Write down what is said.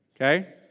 Okay